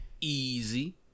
Easy